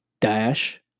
dash